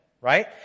right